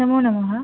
नमो नमः